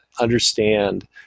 understand